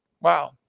Wow